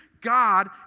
God